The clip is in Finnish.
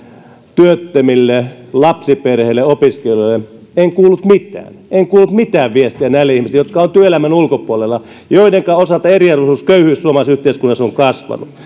työttömille lapsiperheille ja opiskelijoille en kuullut mitään en kuullut mitään viestiä näille ihmisille jotka ovat työelämän ulkopuolella ja joidenka osalta eriarvoisuus ja köyhyys suomalaisessa yhteiskunnassa on kasvanut